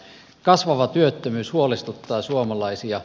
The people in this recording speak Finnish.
kasvava työttömyys huolestuttaa suomalaisia